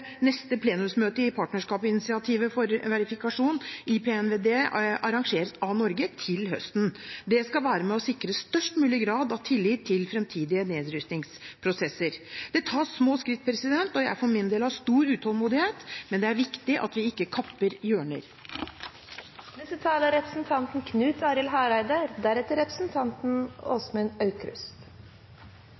neste plenumsmøte i partnerskapsinitiativet for verifikasjon, IPNVD, arrangeres av Norge til høsten. Det skal være med og sikre størst mulig grad av tillit til fremtidige nedrustningsprosesser. Det tas små skritt, og jeg for min del har stor utålmodighet, men det er viktig at vi ikke